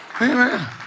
Amen